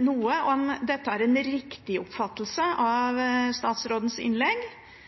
noe om dette er en riktig oppfattelse av statsrådens innlegg,